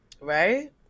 Right